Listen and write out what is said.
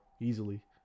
easily